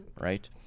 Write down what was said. right